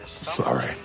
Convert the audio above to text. Sorry